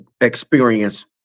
experience